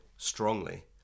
Strongly